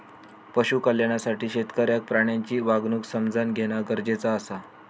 पशु कल्याणासाठी शेतकऱ्याक प्राण्यांची वागणूक समझान घेणा गरजेचा आसा